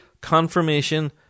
confirmation